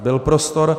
Byl prostor.